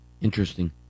Interesting